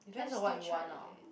depends on what you want lah